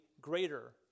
greater